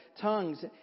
tongues